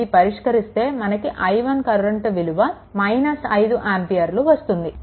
ఇది పరిష్కరిస్తే మనకు i1 కరెంట్ విలువ 5 ఆంపియర్లు వస్తుంది